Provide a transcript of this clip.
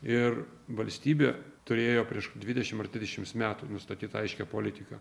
ir valstybė turėjo prieš dvidešimt ar trisdešimt metų nustatytą aiškią politiką